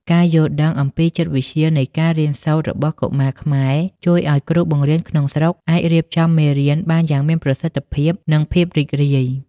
ការយល់ដឹងអំពីចិត្តវិទ្យានៃការរៀនសូត្ររបស់កុមារខ្មែរ ជួយឱ្យគ្រូបង្រៀនក្នុងស្រុកអាចរៀបចំមេរៀនបានយ៉ាងមានប្រសិទ្ធភាព និងភាពរីករាយ។